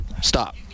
stop